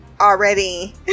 already